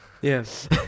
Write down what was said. Yes